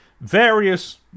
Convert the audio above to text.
various